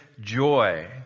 joy